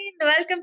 Welcome